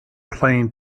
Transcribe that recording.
playing